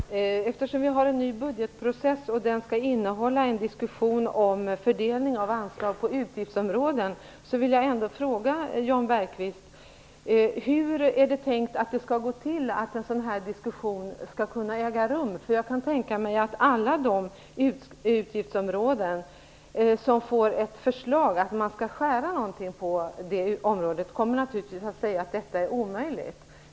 Fru talman! Eftersom vi har en ny budgetprocess som skall innehålla en diskussion om fördelning av anslag på utgiftsområden vill jag ändå fråga Jan Bergqvist: Hur är det tänkt att det skall gå till, så att en sådan diskussion skall kunna äga rum? Jag kan tänka mig att man på alla de utgiftsområden där man får ett förslag att man skall skära någonting på det området naturligtvis kommer att säga att det är omöjligt.